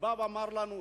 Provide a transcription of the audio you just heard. הוא בא ואמר לנו: